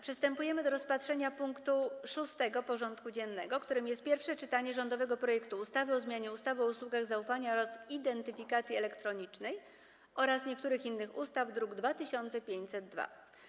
Przystępujemy do rozpatrzenia punktu 6. porządku dziennego: Pierwsze czytanie rządowego projektu ustawy o zmianie ustawy o usługach zaufania oraz identyfikacji elektronicznej oraz niektórych innych ustaw (druk nr 2502)